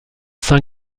saint